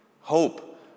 Hope